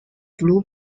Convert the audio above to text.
blue